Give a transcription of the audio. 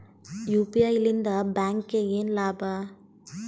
UPI ಲಿಂದ ಬ್ಯಾಂಕ್ಗೆ ಏನ್ ಲಾಭ?